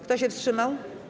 Kto się wstrzymał?